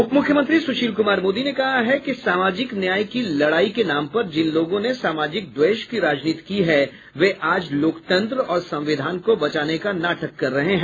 उप मुख्यमंत्री सूशील क्मार मोदी ने कहा है कि सामाजिक न्याय की लड़ाई के नाम पर जिन लोगों ने सामाजिक द्वेष की राजनीति की है वे आज लोकतंत्र और संविधान को बचाने का नाटक कर रहे हैं